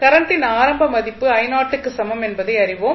கரண்டின் ஆரம்ப மதிப்பு க்கு சமம் என்பதை இப்போது அறிவோம்